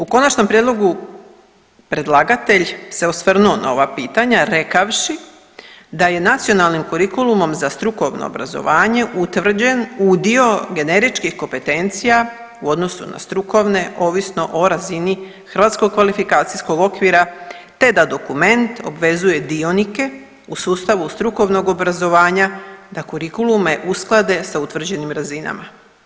U konačnom prijedlogu predlagatelj se osvrnuo na ova pitanja rekavši da je nacionalnim kurikulumom za strukovno obrazovanje utvrđen udio generičkih kompetencija u odnosu na strukovne ovisno o razini hrvatskog kvalifikacijskog okvira, te da dokument obvezuje dionike u sustavu strukovnog obrazovanja da kurikulume usklade sa utvrđenim razinama.